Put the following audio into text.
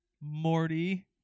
Morty